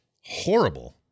Horrible